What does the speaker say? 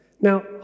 Now